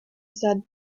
said